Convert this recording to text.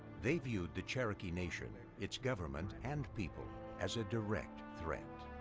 they viewed the cherokee nation, its government and people as a direct threat.